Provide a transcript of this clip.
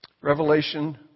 Revelation